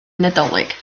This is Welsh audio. nadolig